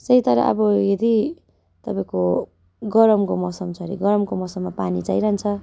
से तर अब यदि तपाईँको गरमको मौसम छ अरे गरमको मौसममा पानी चाहिरहन्छ